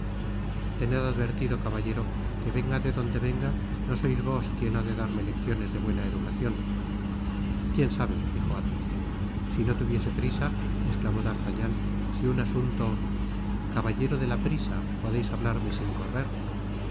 tened advertido caballero que venga de donde venga no sois vos quien ha de darme lecciones de buena educacion quien sabe dijo athos si no tuviese prisa esclamó d'artagnan si un asunto caballero de la prisa podeis hablarme sin correr